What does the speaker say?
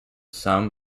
some